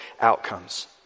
outcomes